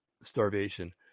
starvation